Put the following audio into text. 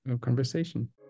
conversation